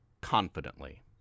confidently